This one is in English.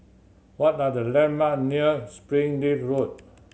what are the landmark near Springleaf Road